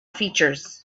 features